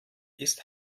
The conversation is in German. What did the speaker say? ist